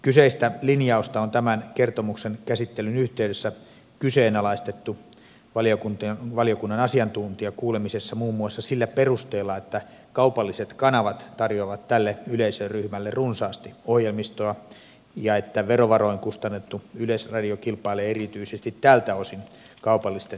kyseistä linjausta on tämän kertomuksen käsittelyn yhteydessä kyseenalaistettu valiokunnan asiantuntijakuulemisessa muun muassa sillä perusteella että kaupalliset kanavat tarjoavat tälle yleisöryhmälle runsaasti ohjelmistoa ja että verovaroin kustannettu yleisradio kilpailee erityisesti tältä osin kaupallisten toimijoiden kanssa